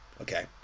Okay